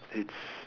it's